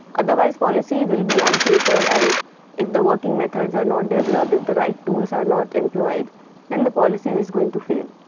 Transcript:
otherwise policy will be on paper and if the working methods are not developed, if the right tools are not employed then the policy is going to fail.